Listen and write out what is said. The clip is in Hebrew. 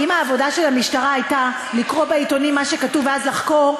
אם העבודה של המשטרה הייתה לקרוא בעיתונים מה שכתוב ואז לחקור,